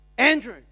Andrew